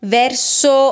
verso